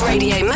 Radio